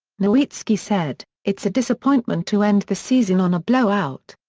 nowitzki said it's a disappointment to end the season on a blowout.